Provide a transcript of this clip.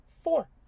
Four